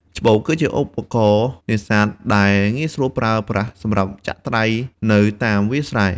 ច្បូក គឺជាឧបករណ៍នេសាទដែលងាយស្រួលប្រើប្រាស់សម្រាប់ចាក់ត្រីនៅតាមវាលស្រែ។